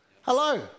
Hello